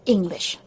English